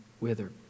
wither